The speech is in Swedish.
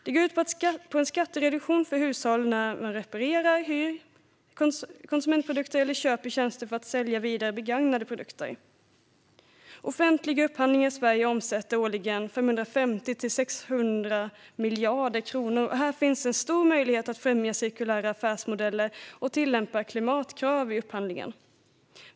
Det går ut på en skattereduktion för hushåll när de reparerar, hyr konsumentprodukter eller köper tjänster för att sälja vidare begagnade produkter. Offentlig upphandling i Sverige omsätter årligen 550-600 miljarder kronor. Här finns stora möjligheter att främja cirkulära affärsmodeller och tillämpa klimatkrav i upphandlingen.